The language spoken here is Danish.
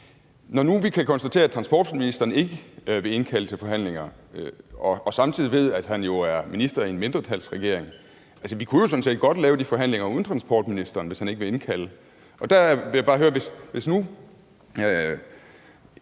Når nu vi kan konstatere, at transportministeren ikke vil indkalde til forhandlinger, og samtidig ved, at han er minister i en mindretalsregering, så kunne vi jo sådan set godt lave de forhandlinger uden transportministeren. Der vil jeg bare høre: Hvis nu